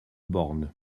born